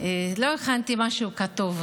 לא הכנתי משהו כתוב.